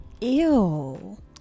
Ew